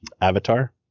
Avatar